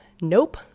nope